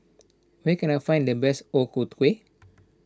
where can I find the best O Ku Kueh